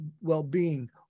well-being